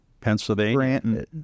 pennsylvania